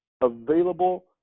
available